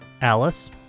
Alice